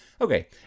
Okay